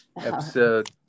episode